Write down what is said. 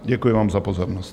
Děkuji vám za pozornost.